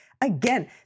again